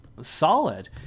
solid